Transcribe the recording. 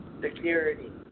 Security